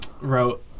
wrote